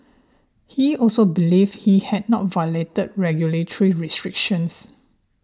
he also believed he had not violated regulatory restrictions